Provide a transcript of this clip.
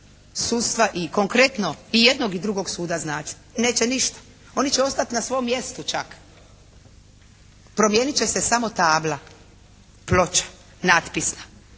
sudstva i konkretno i jednog i drugog suda značiti? Neće ništa. Oni će ostati na svom mjestu čak, promijenit će se samo tabla, ploča, natpisna.